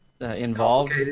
involved